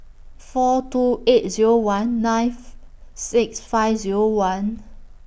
four two eight Zero one nine six five Zero one